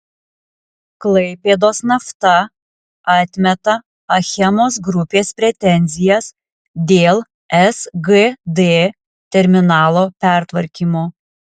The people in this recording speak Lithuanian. klaipėdos nafta atmeta achemos grupės pretenzijas dėl sgd terminalo pertvarkymo